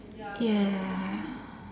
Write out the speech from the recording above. ya